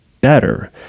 better